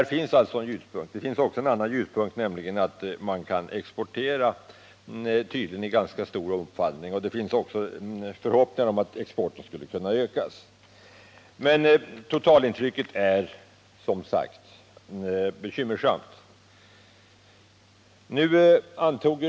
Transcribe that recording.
Det finns alltså ljuspunkter, och en annan är den att man kan exportera i ganska stor omfattning. Det finns också förhoppningar om att exporten skulle kunna ökas. Men totalintrycket är som sagt bekymmersamt.